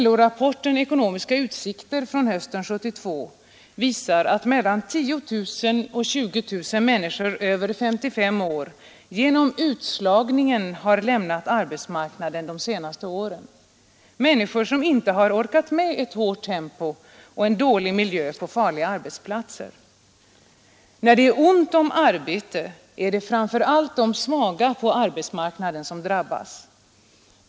LO-rapporten ”Ekonomiska utsikter” från hösten 1972 visar att mellan 10000 och 20000 människor över 55 år genom utslagning har lämnat arbetsmarknaden de senaste åren; människor som inte har orkat med ett hårt tempo och en dålig miljö på farliga arbetsplatser. När det är ont om arbete, är det framför allt de svaga på arbetsmarknaden som drabbas.